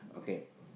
okay